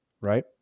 right